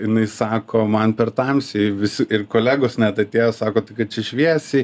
jinai sako man per tamsiai visi ir kolegos net atėjo sako tai kad čia šviesiai